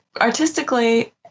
artistically